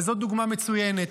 וזו דוגמה מצוינת.